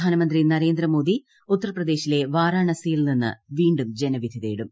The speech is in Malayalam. പ്രധാനമന്ത്രി നരേന്ദ്രമോദി ഉത്തർപ്രദേശിലെ വാരാണസിയിൽ നിന്ന് വീണ്ടും ജനവിധി തേടും